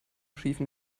schiefen